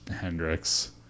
Hendrix